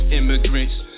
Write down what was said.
immigrants